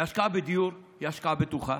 והשקעה בדיור היא השקעה בטוחה,